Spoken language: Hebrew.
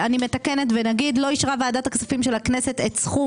לא אישרה ועדת הכספים של הכנסת את סכום